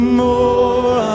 more